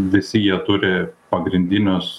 visi jie turi pagrindinius